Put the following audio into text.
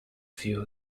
few